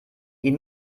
ihn